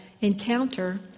encounter